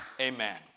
Amen